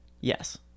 Yes